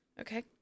Okay